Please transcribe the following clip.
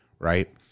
right